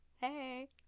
Hey